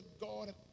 God